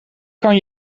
kan